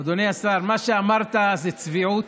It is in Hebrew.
מה שאמרת זה צביעות